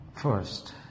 first